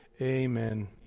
Amen